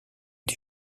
des